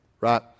right